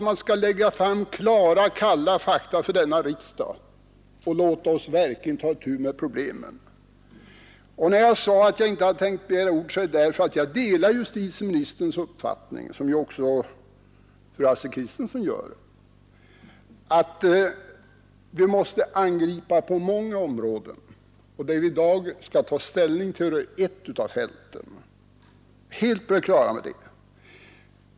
Man skall lägga fram klara och kalla fakta för denna riksdag och låta oss verkligen ta itu med problemen. Jag hade inte tänkt begära ordet, eftersom jag delar justitieministerns uppfattning, vilket också fru Astrid Kristensson gör, att vi måste angripa problemen på många områden. Vad vi i dag skall ta ställning till är ett av fälten. Vi är på det klara med det.